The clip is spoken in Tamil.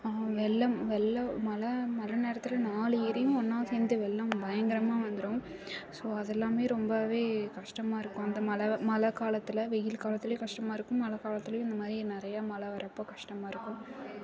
வெள்ளம் வெள்ளம் மழை மழை நேரத்தில் நாலு ஏரியும் ஒன்னாக சேர்ந்து வெள்ளம் பயங்கரமாக வந்துடும் ஸோ அதெல்லாம் ரொம்ப கஷ்டமாருக்கும் அந்த மழை மழை காலத்தில் வெயில் காலத்தில் கஷ்டமா இருக்கும் மழை காலத்திலையும் இந்தமாதிரி நிறைய மழை வர்றப்போ கஷ்டமாருக்கும்